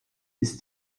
ist